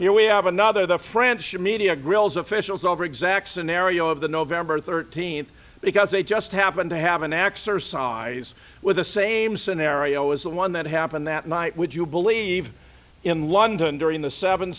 here we have another the friendship media grills officials over exact scenario of the november thirteenth because they just happen to have an exercise with the same scenario is the one that happened that night would you believe in london during the seven